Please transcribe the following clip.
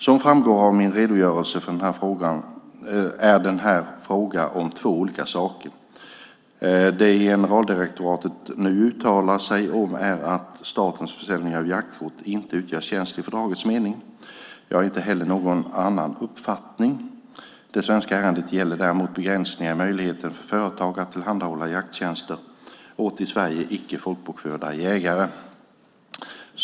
Som framgått av min redogörelse är det här fråga om två olika saker. Det generaldirektoratet nu uttalat sig om är att statens försäljning av jaktkort inte utgör tjänst i fördragets mening. Jag har inte heller någon annan uppfattning. Det svenska ärendet gällde däremot begränsningar i möjligheten för företag att tillhandahålla jakttjänster åt i Sverige icke folkbokförda jägare.